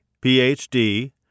Ph.D